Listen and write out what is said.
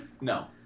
No